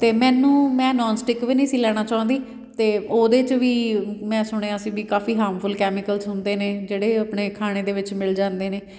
ਅਤੇ ਮੈਨੂੰ ਮੈਂ ਨੋਨ ਸਟਿੱਕ ਵੀ ਨਹੀਂ ਸੀ ਲੈਣਾ ਚਾਹੁੰਦੀ ਅਤੇ ਉਹਦੇ 'ਚ ਵੀ ਮੈਂ ਸੁਣਿਆ ਸੀ ਵੀ ਕਾਫ਼ੀ ਹਾਰਮਫੁੱਲ ਕੈਮੀਕਲਸ ਹੁੰਦੇ ਨੇ ਜਿਹੜੇ ਆਪਣੇ ਖਾਣੇ ਦੇ ਵਿੱਚ ਮਿਲ ਜਾਂਦੇ ਨੇ